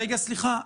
ראשית,